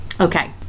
Okay